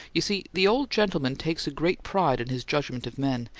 you see the old gentleman takes a great pride in his judgment of men,